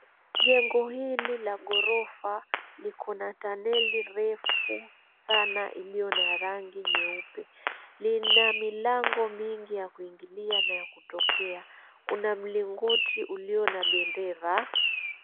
Jengo hili la ghorofa liko na taneli refu sana iliyo na rangi nyeupe lina milango mingi ya kuingilia na ya kutokea kuna mlingoti uliyo na bendera.